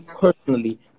personally